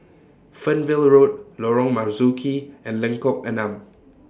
Fernvale Road Lorong Marzuki and Lengkok Enam